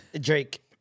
Drake